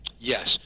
yes